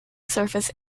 surface